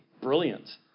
brilliant